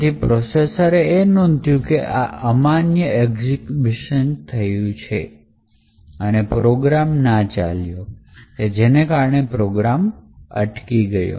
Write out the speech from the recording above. તેથી પ્રોસેસરે એ નોંધ્યું કે આ અમાન્ય એક્ઝીક્યુશન થયું છે અને પ્રોગ્રામ ના ચાલ્યો અને તેના કારણે પ્રોગ્રામ અટકી ગયો